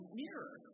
mirror